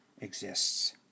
exists